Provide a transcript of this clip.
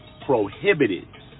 prohibited